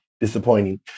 Disappointing